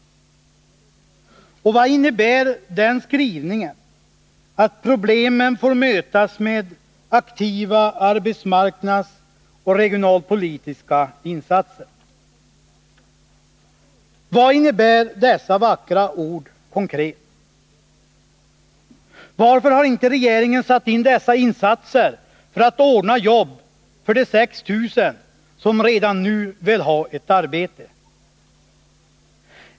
Och vad innebär skrivningen att problemen ”får mötas med aktiva arbetsmarknadsoch regionalpolitiska insatser”? Vad innebär dessa vackra ord konkret? Varför har inte regeringen satt in dessa insatser för att ordna jobb för de 6 000 som redan nu vill ha ett arbete?